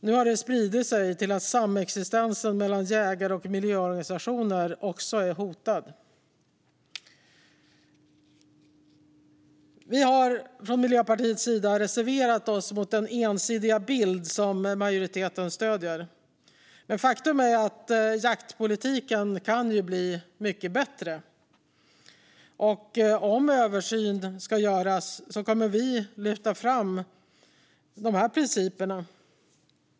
Nu har det spridit sig till att samexistensen mellan jägare och miljöorganisationer också är hotad. Vi i Miljöpartiet har reserverat oss mot den ensidiga bild som majoriteten stöder. Men faktum är att jaktpolitiken kan bli mycket bättre. Om en översyn ska göras kommer vi att lyfta fram de här principerna.